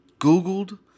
Googled